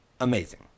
Amazing